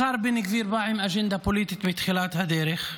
השר בן גביר בא עם אג'נדה פוליטית מתחילת הדרך.